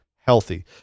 healthy